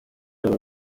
aba